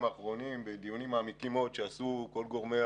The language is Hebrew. האחרונים בדיונים מעמיקים מאוד שעשו כל גורמי